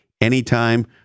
anytime